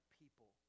people